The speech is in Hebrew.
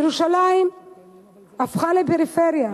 ירושלים הפכה לפריפריה.